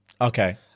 Okay